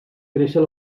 créixer